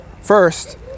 First